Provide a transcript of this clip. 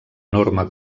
enorme